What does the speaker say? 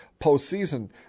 postseason